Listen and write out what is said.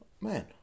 man